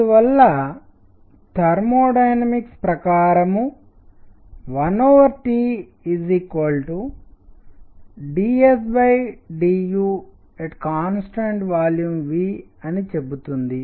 అందువల్ల thermodynamics ప్రకారం 1T∂S∂UV అని చెబుతుంది